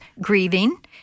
grieving